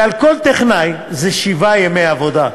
ועל כל טכנאי זה שבעה ימי עבודה.